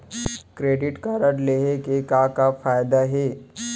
Credit card लेहे के का का फायदा हे?